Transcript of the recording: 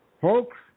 Folks